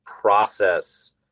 process